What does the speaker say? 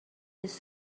this